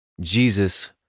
Jesus